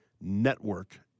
network